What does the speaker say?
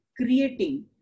creating